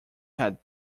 had